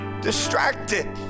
distracted